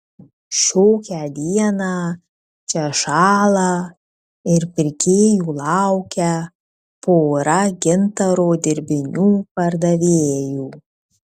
šiokią dieną čia šąla ir pirkėjų laukia pora gintaro dirbinių pardavėjų